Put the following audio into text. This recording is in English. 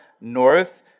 north